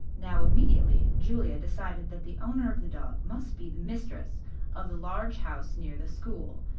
now immediately julia decided that the owner of the dog must be the mistress of the large house near the school,